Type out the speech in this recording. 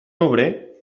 obrer